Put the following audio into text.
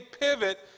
pivot